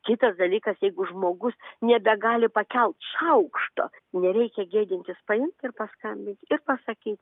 kitas dalykas jeigu žmogus nebegali pakelt šaukšto nereikia gėdintis paimt ir paskambint ir pasakyt